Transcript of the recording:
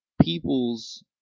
people's